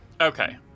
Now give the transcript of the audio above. Okay